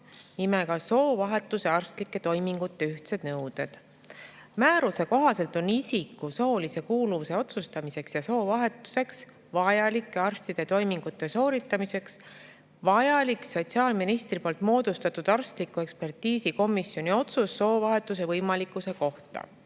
"Soovahetuse arstlike toimingute ühtsed nõuded". Määruse kohaselt on isiku soolise kuuluvuse otsustamiseks ja soovahetuseks vajalike arstlike toimingute sooritamiseks vajalik sotsiaalministri moodustatud arstliku ekspertiisikomisjoni otsus soovahetuse võimalikkuse kohta.